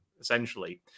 essentially